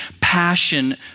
passion